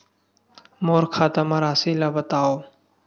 मोर खाता म राशि ल बताओ?